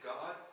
God